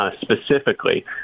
specifically